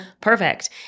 perfect